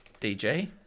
DJ